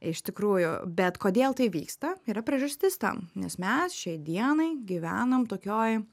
iš tikrųjų bet kodėl tai vyksta yra priežastis tam nes mes šiai dienai gyvenam tokioj